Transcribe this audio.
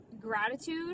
gratitude